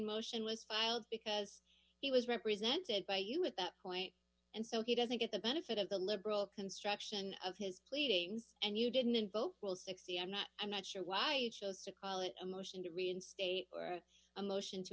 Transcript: motion was filed because he was represented by you at that point and so he doesn't get the benefit of the liberal construction of his pleadings and you didn't invoke well sixty i'm not i'm not sure why you chose to call it a motion to reinstate a motion to